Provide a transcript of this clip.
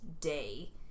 day